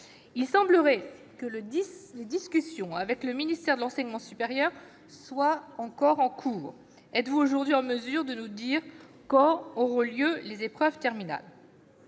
Il semble que vos discussions avec le ministère de l'enseignement supérieur soient encore en cours ; êtes-vous aujourd'hui en mesure de nous dire quand auront lieu les épreuves terminales ?